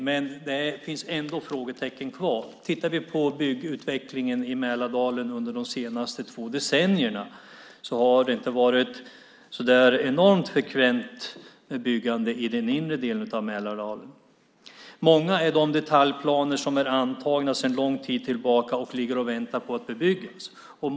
Men det finns ändå frågetecken kvar. Tittar vi på byggutvecklingen i Mälardalen under de senaste två decennierna ser vi att det inte har varit så enormt frekvent byggande i den inre delen av Mälardalen. Många är de detaljplaner som är antagna sedan lång tid tillbaka och ligger och väntar på att förverkligas.